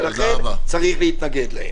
לכן יש להתנגד להן.